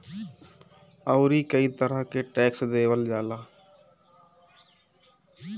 अउरी कई तरह के टेक्स देहल जाला